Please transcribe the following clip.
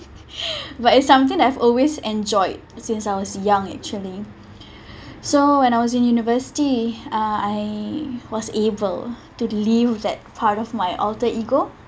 but it's something that I've always enjoyed since I was young actually so when I was in university uh I was able to that part of my alter ego